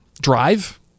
drive